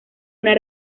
una